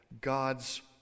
God's